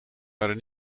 waren